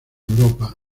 europa